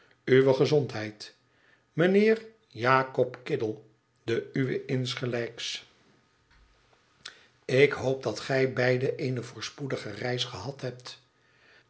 uwe gezondheid mijnheer jakob kiddle de uwe insgelijks ik hoop dat gij beiden eene voorspoedige reis gehad hebt